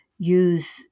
use